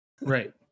Right